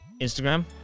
Instagram